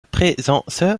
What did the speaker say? présence